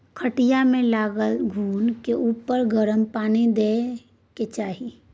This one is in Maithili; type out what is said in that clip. खटिया मे लागल घून के उपर गरम पानि दय के चाही